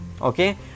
okay